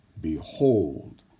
Behold